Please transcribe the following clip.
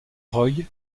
roy